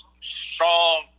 strong